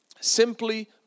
simply